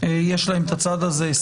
יש להם את הצד הזה.